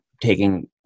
taking